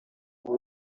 ubu